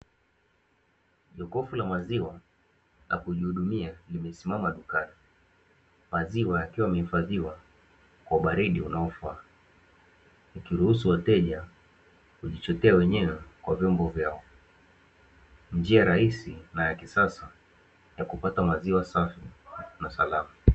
Jokofu la maziwa la kujihudumia limesimama dukani. Maziwa yakiwa yamehifadhiwa kwa ubaridi unaofaa, likiruhusu wateja kujichotea wenyewe kwa vyombo vyao. Njia rahisi na ya kisasa ya kupata maziwa safi na salama.